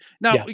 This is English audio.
Now